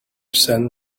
send